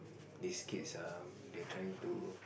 these kids uh they're trying to